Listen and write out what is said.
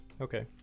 Okay